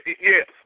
Yes